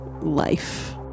life